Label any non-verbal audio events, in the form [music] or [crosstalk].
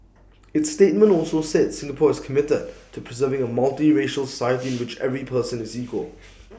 its statement also said Singapore is committed to preserving A multiracial [noise] society in which every person is equal